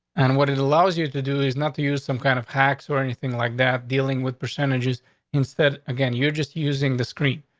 and what it allows you to do is not to use some kind of hacks or anything like that dealing with percentages instead, again, you're just using the screen.